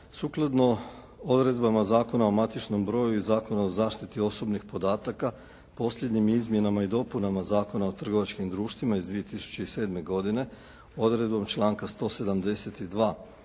Sukladno odredbama Zakona o matičnom broju i Zakona o zaštiti osobnih podataka posljednjim izmjenama i dopunama Zakona o trgovačkim društvima iz 2007. godine, odredbom članka 172.,